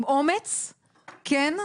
עם אומץ, כן?